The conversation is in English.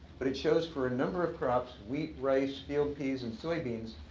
but it shows for a number of crops wheat, rice field peas, and soy beans,